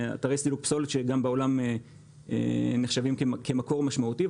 אתרי סילוק פסולת שגם בעולם נחשבים כמקור משמעותי.